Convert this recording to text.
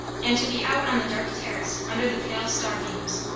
and to be out on the dark terrace under the pale star beams,